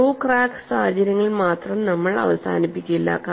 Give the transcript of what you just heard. through crack സാഹചര്യങ്ങളിൽ മാത്രം നമ്മൾ അവസാനിപ്പിക്കില്ല